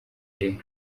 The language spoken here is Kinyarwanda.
deux